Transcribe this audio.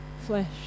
flesh